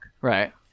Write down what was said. Right